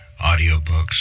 audiobooks